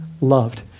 loved